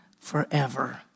forever